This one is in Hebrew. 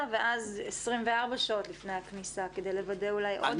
ואז 24 שעות לפני הכניסה כדי לוודא אולי עוד הפעם.